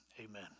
amen